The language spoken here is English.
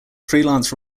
freelance